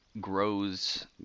grows